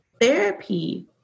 Therapy